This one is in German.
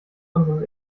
unseres